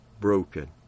broken